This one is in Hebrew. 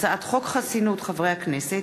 הצעת חוק חסינות חברי הכנסת,